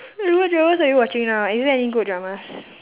eh what dramas are you watching now is there any good dramas